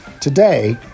Today